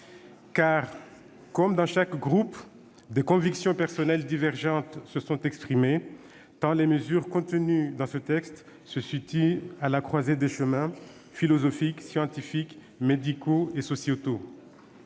Comme dans chaque groupe, des convictions personnelles divergentes se sont exprimées, tant les mesures contenues dans ce texte se situent à la croisée de chemins philosophiques, scientifiques, médicaux et sociétaux.